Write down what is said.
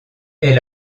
est